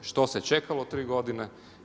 Što se čekalo 3 godine?